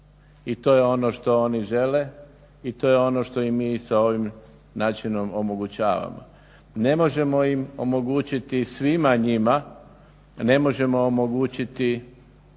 I to je ono što oni žele i to je ono što im mi sa ovim načinom omogućavamo. Ne možemo im omogućiti svima njima, ne možemo omogućiti